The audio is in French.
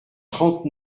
trente